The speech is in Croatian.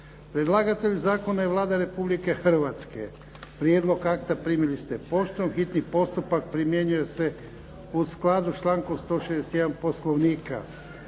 Predlagatelj zakona je Vlada Republike Hrvatske. Prijedlog akta primili ste poštom. Hitni postupak primjenjuje se u skladu s člankom 161. Poslovnika.